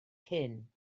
cyn